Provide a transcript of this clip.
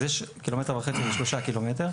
אז יש 1.5 ק"מ ו-3 ק"מ.